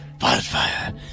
Wildfire